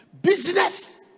Business